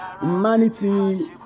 humanity